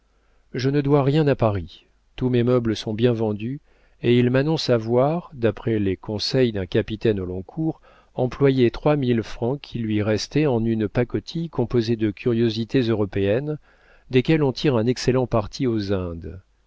je ne dois rien à paris tous mes meubles sont bien vendus et il m'annonce avoir d'après les conseils d'un capitaine au long cours employé trois mille francs qui lui restaient en une pacotille composée de curiosités européennes desquelles on tire un excellent parti aux indes